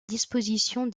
disposition